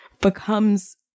becomes